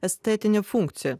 estetinę funkciją